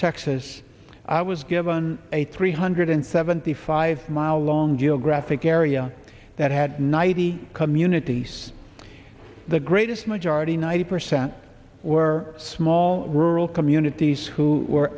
texas i was given a three hundred seventy five mile long geographic area that had nighty communities the greatest majority ninety percent were small rural communities who were